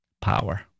power